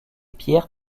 pier